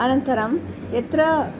अनन्तरं यत्र